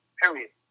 period